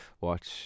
watch